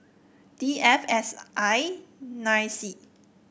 D F S I nine C